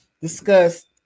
discuss